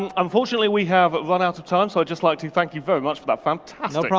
um unfortunately we have run out of time, so i'd just like to thank you very much for that fantastic